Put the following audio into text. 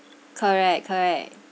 correct correct